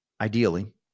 ideally